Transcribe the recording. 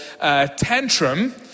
tantrum